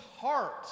heart